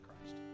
Christ